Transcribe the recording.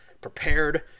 prepared